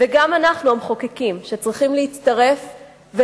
וגם אנחנו המחוקקים צריכים להצטרף,